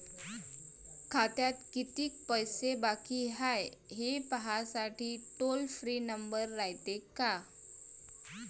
खात्यात कितीक पैसे बाकी हाय, हे पाहासाठी टोल फ्री नंबर रायते का?